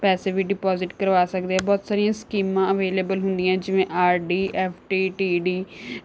ਪੈਸੇ ਵੀ ਡਿਪੋਜ਼ਿਟ ਕਰਵਾ ਸਕਦੇ ਹਾਂ ਬਹੁਤ ਸਾਰੀਆਂ ਸਕੀਮਾਂ ਅਵੇਲੇਬਲ ਹੁੰਦੀਆਂ ਜਿਵੇਂ R D F D T D